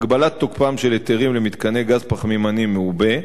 הגבלת תוקפם של היתרים למתקני גז פחמימני מעובה,